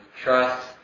trust